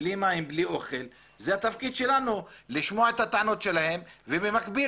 בלי מים ובלי אוכל וזה התפקיד שלנו לשמוע את הטענות שלהם ובמקביל,